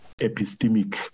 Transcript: epistemic